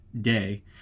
day